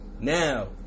Now